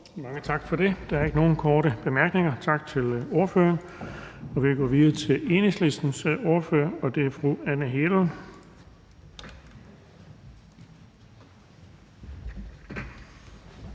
Bonnesen): Der er ikke nogen korte bemærkninger. Tak til ordføreren. Vi går videre til Enhedslistens ordfører, og det er fru Anne Hegelund.